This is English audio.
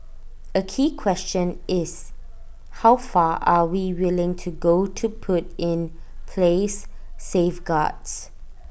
A key question is how far are we willing to go to put in place safeguards